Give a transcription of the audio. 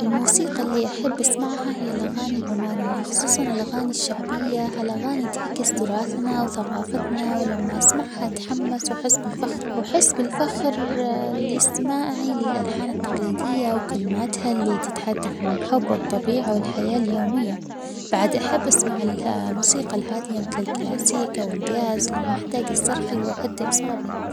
الموسيقى اللي أحب أسمعها هي الأغاني العمانية خصوصاً الأغاني الشعبية، عالأغاني تعكس تراثنا وثقافتنا ولما أسمعها أتحمس وأحس بالفخرلاستماعي للألحان التقليدية وكلماتها اللي تتحدث عن الحب والطبيعة والحياة اليومية، بعد أحب أسمع الموسيقى الهادية مثل الكلاسيك أو الجاز لما أحتاج أسترخي وأهدي أعصابي.